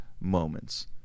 moments